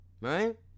Right